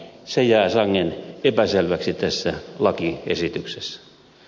se jää sangen epäselväksi tässä lakiesityksessä